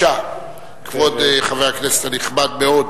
כבוד חבר הכנסת הנכבד מאוד,